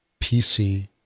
PC